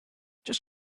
just